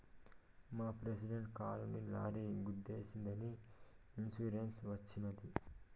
మా ప్రెసిడెంట్ కారుని లారీ గుద్దేశినాదని ఇన్సూరెన్స్ వచ్చినది